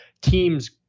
team's